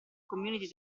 community